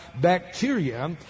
bacteria